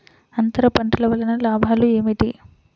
అంతర పంటల వలన లాభాలు ఏమిటి?